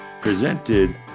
presented